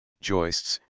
joists